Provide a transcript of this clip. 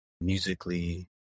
musically